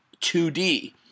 2D